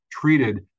treated